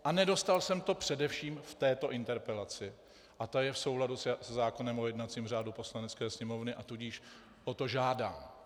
A nedostal jsem to především v této interpelaci a ta je v souladu se zákonem o jednacím řádu Poslanecké sněmovny, a tudíž o to žádám.